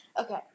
Okay